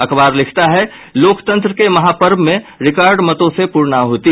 अखबार लिखता है लोकतंत्र के महापर्व में रिकॉर्ड मतों से पूर्णाहति